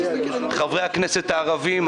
חברי הכנסת הערבים,